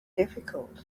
difficult